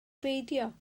beidio